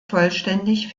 vollständig